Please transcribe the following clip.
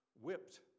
whipped